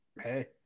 hey